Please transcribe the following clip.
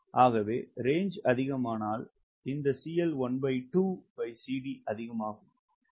ஆகவே ரேஞ்சு அதிகமானால் அதிகம் ஆகும்